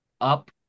up